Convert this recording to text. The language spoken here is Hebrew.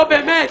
לא, באמת.